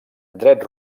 dret